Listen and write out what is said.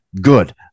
Good